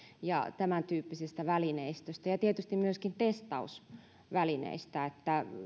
ja tämäntyyppisestä välineistöstä ja tietysti myöskin testausvälineistä